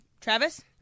Travis